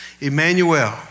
Emmanuel